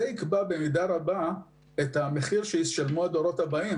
דבר זה יקבע במידה רבה את המחיר שישלמו הדורות הבאים,